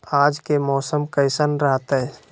आज के मौसम कैसन रहताई?